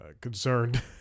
Concerned